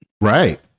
right